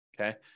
Okay